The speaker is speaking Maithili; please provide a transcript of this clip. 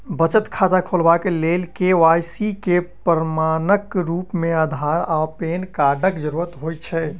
बचत खाता खोलेबाक लेल के.वाई.सी केँ प्रमाणक रूप मेँ अधार आ पैन कार्डक जरूरत होइ छै